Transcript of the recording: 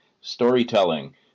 storytelling